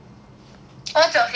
what is your favourite food